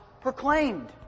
proclaimed